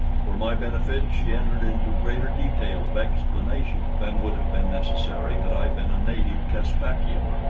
for my benefit she entered into greater detail of explanation than would have been necessary had i been a native caspakian.